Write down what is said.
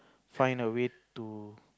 find a way to